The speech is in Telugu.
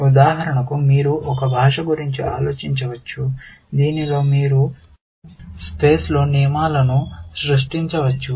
ఉదాహరణకు మీరు ఒక భాష గురించి ఆలోచించవచ్చు దీనిలో మీరు స్పేస్ లో నియమాలను సృష్టించవచ్చు